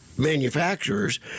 manufacturers